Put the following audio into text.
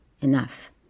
Enough